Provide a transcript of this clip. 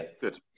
Good